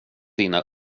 dina